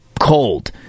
cold